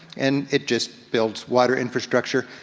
and it just builds water infrastructure.